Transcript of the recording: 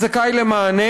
זכאי למענה